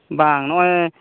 ᱵᱟᱝ ᱱᱚᱜ ᱚᱭ